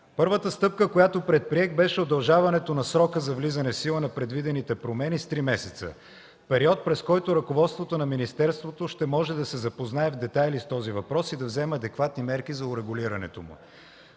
Първата стъпка, която предприех, беше удължаването на срока за влизане в сила на предвидените промени с три месеца – период, през който ръководството на министерството ще може да се запознае в детайли с този въпрос и да вземе адекватни мерки за урегулирането му.